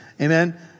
Amen